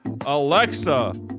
alexa